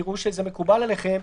תראו שזה מקובל עליכם.